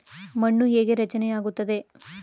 ಮಣ್ಣು ಹೇಗೆ ರಚನೆ ಆಗುತ್ತದೆ?